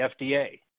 FDA